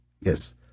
yes